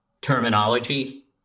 terminology